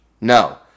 No